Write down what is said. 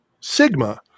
Sigma